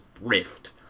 rift